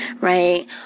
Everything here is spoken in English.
right